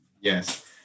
Yes